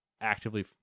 actively